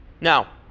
Now